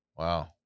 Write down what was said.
Wow